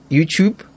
YouTube